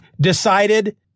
decided